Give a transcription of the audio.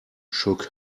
shook